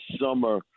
summer